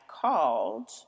called